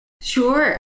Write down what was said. Sure